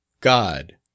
God